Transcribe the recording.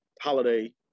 holiday